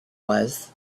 was